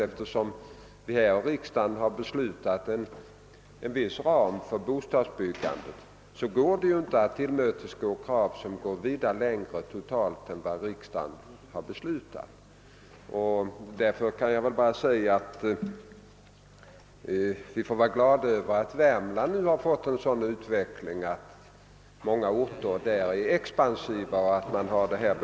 Eftersom vi här i riksdagen beslutat om en viss ram för bostadsbyggandet, kan vi självfallet inte tillmötesgå krav som går vida längre än vad som motsvarar det som riksdagen totalt beslutat om. Jag kan därför bara säga att vi får vara glada över att Värmland nu haft en sådan utveckling som inneburit att många orter blivit expansiva och fått behov av bostäder...